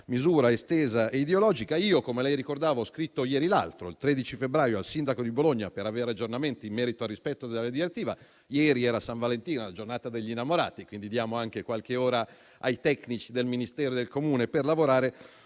misura estesa e ideologica. Come ricordavo, il 13 febbraio ho scritto al sindaco di Bologna per avere aggiornamenti in merito al rispetto della direttiva. Ieri era San Valentino, la giornata degli innamorati e, quindi, diamo ancora qualche ora ai tecnici del Ministero e del Comune per lavorare.